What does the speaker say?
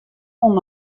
oan